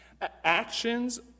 Actions